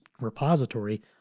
repository